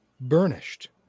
burnished